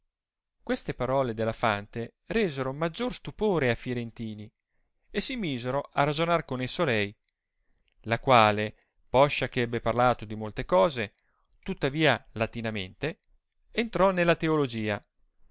queste parole della fante resero maggior stupdre a firentini e si misero a ragionar con esso lei la quale poscia che ebbe parlato di molte cose tuttavia latinamente entrò nella teologia